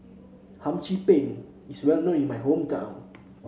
Hum Chim Peng is well known in my hometown